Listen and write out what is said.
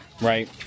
right